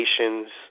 nations